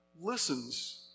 listens